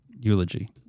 eulogy